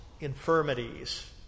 infirmities